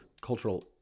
cultural